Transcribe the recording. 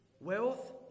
Wealth